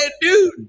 dude